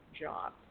job